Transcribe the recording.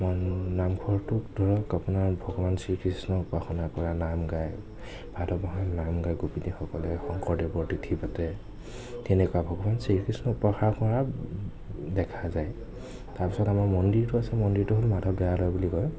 নামঘৰটোত ধৰক আপোনাৰ ভগৱান শ্ৰীকৃষ্ণক উপাসনা কৰে নাম গাই ভাদ মাহত নাম গাই গোপিনীসকলে শংকৰদেৱৰ তিথি পাতে তেনেকুৱা ভগৱান শ্ৰীকৃষ্ণক উপাসনা কৰা দেখা যায় তাৰপিছত আমাৰ মন্দিৰটো আছে মন্দিৰটো হ'ল মাধৱ দেৱালয় বুলি কয়